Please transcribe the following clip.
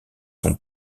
son